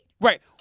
Right